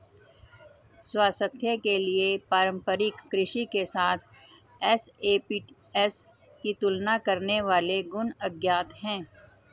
स्वास्थ्य के लिए पारंपरिक कृषि के साथ एसएपीएस की तुलना करने वाले गुण अज्ञात है